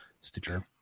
Stitcher